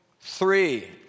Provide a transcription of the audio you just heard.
three